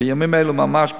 בימים אלה ממש,